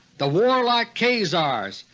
the warlike khazars,